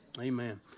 Amen